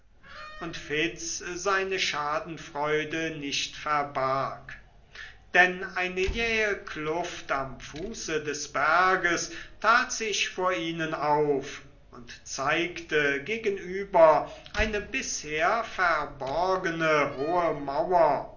und fitz seine schadenfreude nicht verbarg denn eine jähe kluft am fuße des berges tat sich vor ihnen auf und zeigte gegenüber eine bisher verborgene hohe mauer